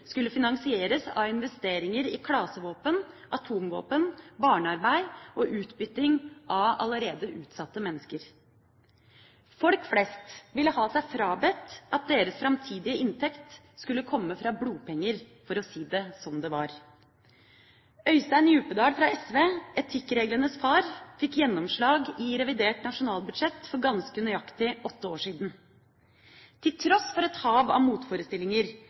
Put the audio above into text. skulle finansieres av investeringer i klasevåpen, atomvåpen, barnearbeid og utbytting av allerede utsatte mennesker. Folk flest ville ha seg frabedt at deres framtidige inntekt skulle komme fra blodpenger, for å si det som det var. Øystein Djupedal fra SV, etikkreglenes far, fikk gjennomslag i revidert nasjonalbudsjett for ganske nøyaktig åtte år siden: Til tross for et hav av motforestillinger